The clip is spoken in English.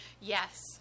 Yes